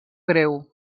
greu